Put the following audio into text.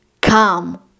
come